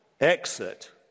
exit